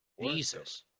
Jesus